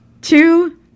Two